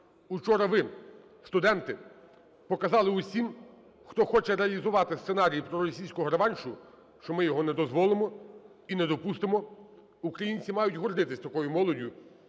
Вчора ви, студенти, показали усім, хто хоче реалізувати сценарій проросійського реваншу, що ми його не дозволимо і не допустимо, українці мають гордитись такою молоддю.